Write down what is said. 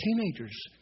teenagers